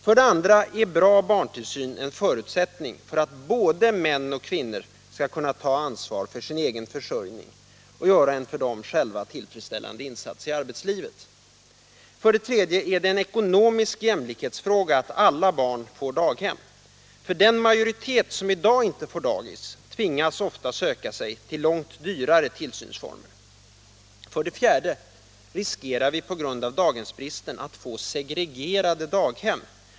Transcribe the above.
För det andra är bra barntillsyn en förutsättning för att både män och kvinnor skall kunna ta ansvar för sin egen försörjning och göra en för dem själva tillfredsställande insats i arbetslivet. För det tredje är det en fråga om ekonomisk jämlikhet att alla barn får daghemsplats, för den majoritet som i dag inte får daghemsplats tvingas ofta söka sig till långt dyrare tillsynsformer. För det fjärde riskerar vi på grund av daghemsbristen att få segregerade daghem.